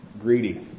Greedy